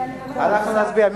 חוץ וביטחון.